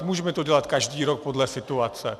Můžeme to dělat každý rok podle situace.